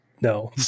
No